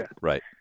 Right